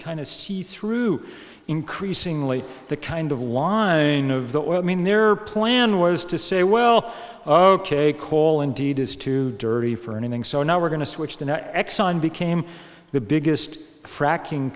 kind of see through increasingly the kind of lie of the oil i mean their plan was to say well ok call indeed is too dirty for anything so now we're going to switch the exxon became the biggest fracking